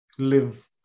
live